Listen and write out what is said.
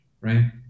right